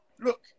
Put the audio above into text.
Look